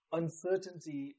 uncertainty